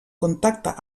contacte